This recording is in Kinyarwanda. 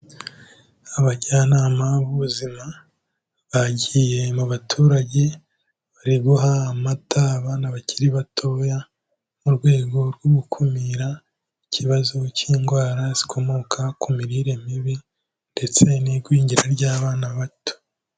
Abajyanama b'ubuzima bagiye mu baturage bari guha amata abana bakiri batoya, mu rwego rwo gukumira ikibazo cy'indwara zikomoka ku mirire mibi ndetse n'igwingira ry'abana bato.